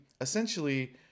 essentially